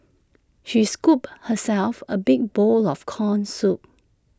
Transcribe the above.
she scooped herself A big bowl of Corn Soup